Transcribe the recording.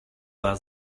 war